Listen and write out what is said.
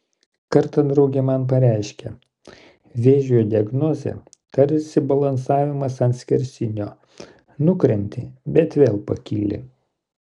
kartą draugė man pareiškė vėžio diagnozė tarsi balansavimas ant skersinio nukrenti bet vėl pakyli